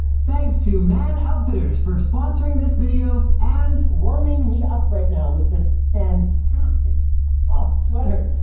thanks to man outfitters for sponsoring this video and warming me up right now with this fantastic ah sweater.